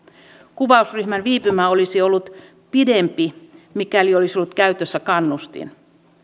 kuvausryhmän viipymä olisi ollut pidempi mikäli olisi ollut käytössä kannustin